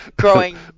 Growing